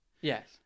Yes